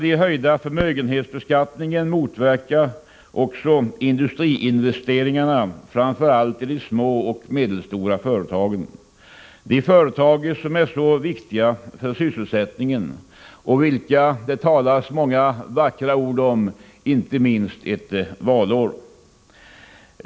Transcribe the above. Den höjda förmögenhetsbeskattningen motverkar också industriinvesteringarna i framför allt de små och medelstora företagen, de företag som är så viktiga för sysselsättningen och om vilka det talas många vackra ord inte minst ett valår.